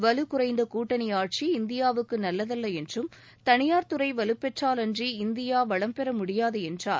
வலு குறைந்த கூட்டணி ஆட்சி இந்தியாவுக்கு நல்லதல்ல என்றும் தனியாா் துறை வலுப்பெற்றால் அன்றி இந்தியா வளம்பெற முடியாது என்றார்